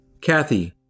Kathy